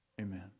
Amen